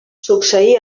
succeí